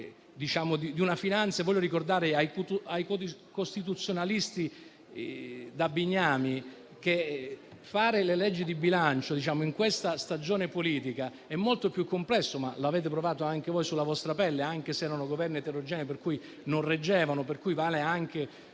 voglio ricordare ai costituzionalisti da Bignami che fare le leggi di bilancio in questa stagione politica è molto più complesso. Lo avete provato anche voi, però, sulla vostra pelle, anche se erano Governi eterogenei, che non reggevano. Quindi, vale anche